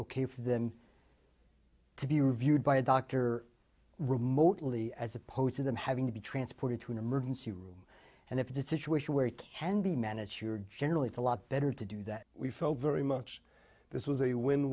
ok for them to be reviewed by a doctor remotely as opposed to them having to be transported to an emergency room and if that situation where it can be managed sure generally it's a lot better to do that we felt very much this was a win